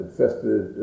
festive